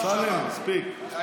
אמסלם, מספיק, מספיק.